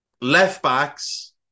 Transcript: Left-backs